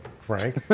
Frank